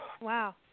Wow